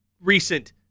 recent